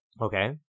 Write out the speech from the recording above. Okay